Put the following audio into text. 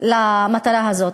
להשגת המטרה הזאת,